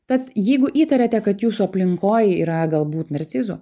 tad jeigu įtariate kad jūsų aplinkoj yra galbūt narcizų